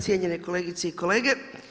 Cijenjene kolegice i kolege.